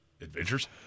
adventures